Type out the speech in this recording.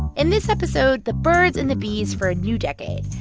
in this episode the birds and the bees for a new decade.